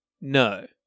no